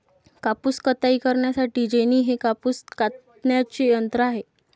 कापूस कताई करण्यासाठी जेनी हे कापूस कातण्याचे यंत्र आहे